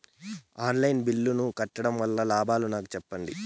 On line బిల్లుల ను కట్టడం వల్ల లాభాలు నాకు సెప్పండి?